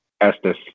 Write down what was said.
Estes